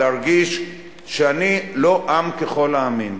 להרגיש שאני לא עם ככל העמים.